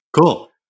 cool